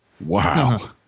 Wow